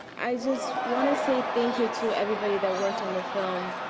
i just want to say thank you to everybody that worked on the film.